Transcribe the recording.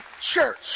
Church